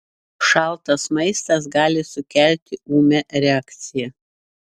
šaltas maistas gali sukelti ūmią reakciją